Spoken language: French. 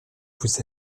vous